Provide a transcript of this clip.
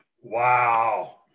Wow